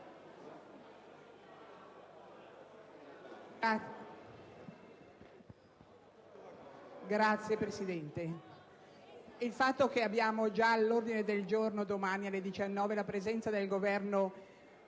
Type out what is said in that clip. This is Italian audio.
Signora Presidente, il fatto che abbiamo già all'ordine del giorno, domani alle ore 19, la presenza del Governo